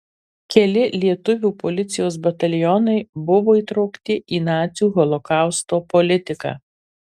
keli lietuvių policijos batalionai buvo įtraukti į nacių holokausto politiką